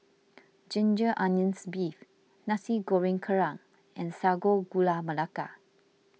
Ginger Onions Beef Nasi Goreng Kerang and Sago Gula Melaka